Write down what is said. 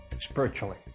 spiritually